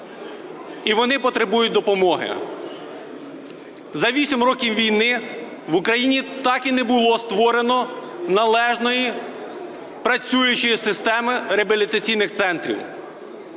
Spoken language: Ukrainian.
і вони потребують допомоги. За вісім років війни в Україні так і не було створено належної працюючої системи реабілітаційних центрів.